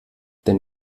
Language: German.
denn